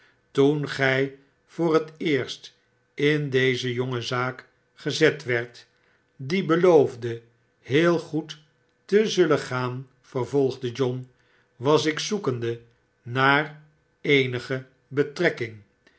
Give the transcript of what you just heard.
toen gy voor het eerst in deze jonge zaak gezet werd die beloofde heel goed te zullen gaan vervolgde john was ik zoekendenaar eenige betrekking